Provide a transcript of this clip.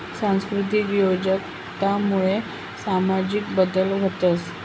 सांस्कृतिक उद्योजकता मुये सामाजिक बदल व्हतंस